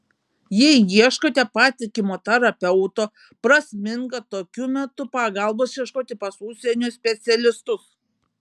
jei ieškote patikimo terapeuto prasminga tokiu metu pagalbos ieškoti pas užsienio specialistus